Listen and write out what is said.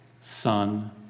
Son